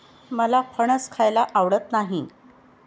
मला फणस खायला आवडत नाही